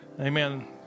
Amen